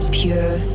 pure